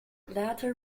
later